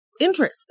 interest